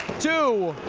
two!